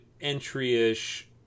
entry-ish